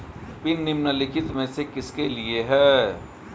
Pin निम्नलिखित में से किसके लिए है?